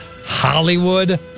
Hollywood